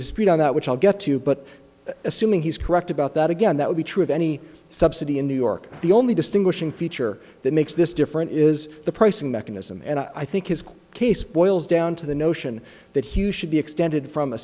dispute on that which i'll get to but assuming he's correct about that again that would be true of any subsidy in new york the only distinguishing feature that makes this different is the pricing mechanism and i think his case boils down to the notion that hew should be extended from a